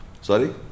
Sorry